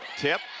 tip.